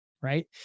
right